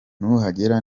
nuhagera